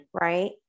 right